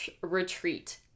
retreat